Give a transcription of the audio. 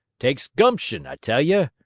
takes gumption, i tell ye.